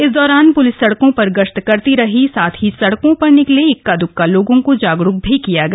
इस दौरान पुलिस सड़कों पर गश्त करती रही साथ ही सड़कों पर निकले इक्का दक्का लोगों को जागरुक भी किया गया